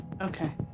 Okay